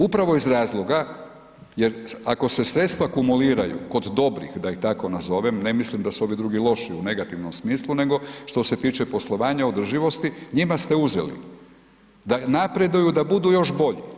Upravo iz razloga, jer ako se sredstva akumuliraju kod dobrih, da ih tako nazovem, ne mislim da su ovi drugi loši u negativnom smislu, nego što se tiče poslovanja održivosti, njima ste uzeli, da npareduju da budu još bolji.